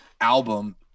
album